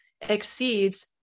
exceeds